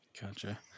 Gotcha